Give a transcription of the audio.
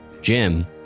Jim